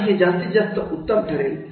आणि हे जास्तीत जास्त उत्तम ठरेल